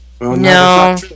No